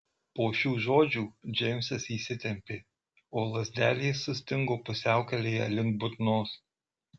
po šių žodžių džeimsas įsitempė o lazdelės sustingo pusiaukelėje link burnos